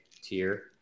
tier